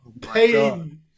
Pain